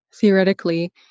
theoretically